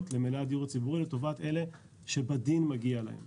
למלאי הדיור הציבורי לטובת אלה שבדין מגיע להם